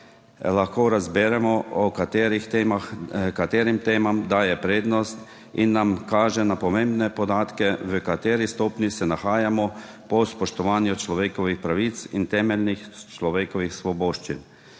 lahko razberemo, katerim temam daje prednost, in nam kaže na pomembne podatke, v kateri stopnji se nahajamo po spoštovanju človekovih pravic in temeljnih človekovih svoboščin.